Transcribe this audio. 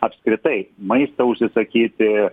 apskritai maistą užsisakyti